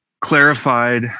clarified